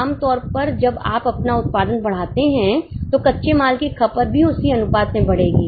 आमतौर पर जब आप अपना उत्पादन बढ़ाते हैं तो कच्चे माल की खपत भी उसी अनुपात में बढ़ेगी